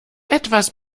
etwas